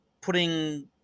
putting